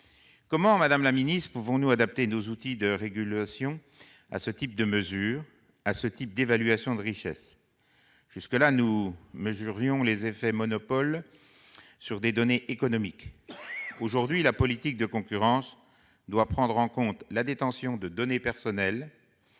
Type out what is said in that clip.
Comment pouvons-nous adapter nos outils de régulation à ce type de mesures et d'évaluation de richesses ? Nous mesurions jusque-là les effets de monopole sur des données économiques. Aujourd'hui, la politique de concurrence doit prendre en compte la détention de données personnelles,